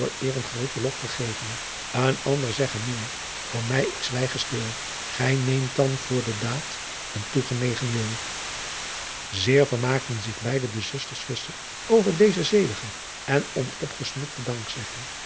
een grooten lof ghegeven en ander segghe meer voor my ick swyghe stil hy neemt dan voor de daet een toegenegen wil eer vermaakten zich beide de zusters over deze zedige en onopgesmukte dankzegging